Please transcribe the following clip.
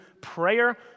prayer